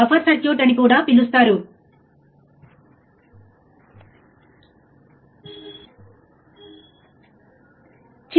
ఇక్కడ మనం సర్క్యూట్ నీ కనెక్ట్ చేసి దాన్ని నిజంగా పరీక్షిస్తున్నాము